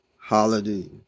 Hallelujah